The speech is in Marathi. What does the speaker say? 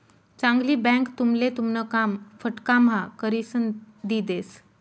चांगली बँक तुमले तुमन काम फटकाम्हा करिसन दी देस